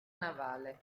navale